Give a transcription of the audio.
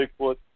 Bigfoot